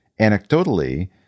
anecdotally